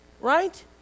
right